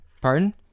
Pardon